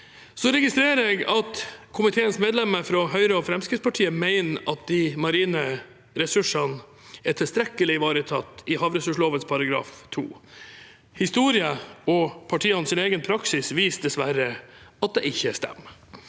Så registrerer jeg at komiteens medlemmer fra Høyre og Fremskrittspartiet mener at de marine ressursene er tilstrekkelig ivaretatt i havressurslova § 2. Historien og partienes egen praksis viser dessverre at det ikke stemmer.